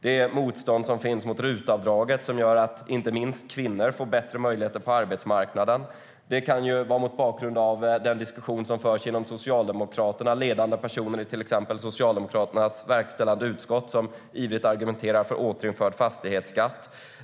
Det finns ett motstånd mot RUT-avdraget, som gör att inte minst kvinnor får bättre möjligheter på arbetsmarknaden. Det hela kan ses mot bakgrund av den diskussion som förs av Socialdemokraterna - av ledande personer inom till exempel Socialdemokraternas verkställande utskott som ivrigt argumenterar för återinförd fastighetsskatt.